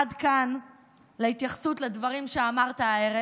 עד כאן ההתייחסות לדברים שאמרת הערב.